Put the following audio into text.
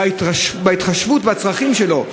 בהתחשבות בצרכים שלו,